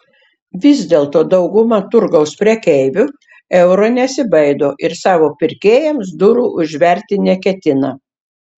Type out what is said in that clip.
vis dėlto dauguma turgaus prekeivių euro nesibaido ir savo pirkėjams durų užverti neketina